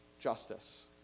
justice